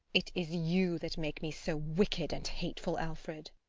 it is you that make me so wicked and hateful, alfred.